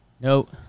Nope